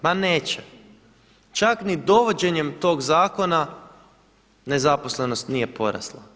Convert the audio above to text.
Ma neće, čak ni dovođenjem tog zakona nezaposlenost nije porasla.